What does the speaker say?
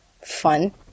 fun